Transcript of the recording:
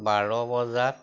বাৰ বজাত